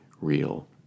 real